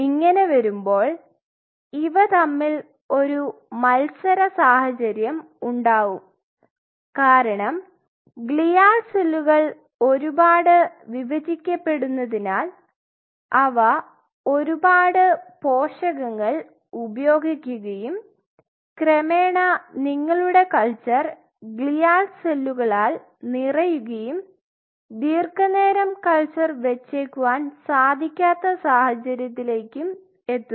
ഇങ്ങനെ വരുമ്പോൾ ഇവ തമ്മിൽ ഒരു മത്സര സാഹചര്യം ഉണ്ടാവും കാരണം ഗ്ലിയാൽ സെല്ലുകൾ ഒരുപാട് വിഭജിക്കപ്പെടുന്നതിനാൽ അവ ഒരുപാട് പോഷകങ്ങൾ ഉപയോഗിക്കുകയും ക്രെമേണ നിങ്ങളുടെ കൽച്ചർ ഗ്ലിയാൽ സെല്ലുകളാൽ നിറയുകയും ദീർഘനേരം കൽച്ചർ വെച്ചേക്കുവാൻ സാധികാത്ത സാഹചര്യത്തിലേക്കും എത്തുന്നു